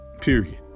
period